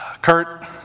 Kurt